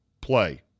play